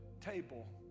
table